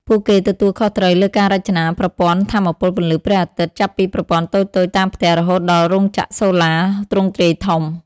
ពួកគេទទួលខុសត្រូវលើការរចនាប្រព័ន្ធថាមពលពន្លឺព្រះអាទិត្យចាប់ពីប្រព័ន្ធតូចៗតាមផ្ទះរហូតដល់រោងចក្រសូឡាទ្រង់ទ្រាយធំ។